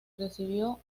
recibió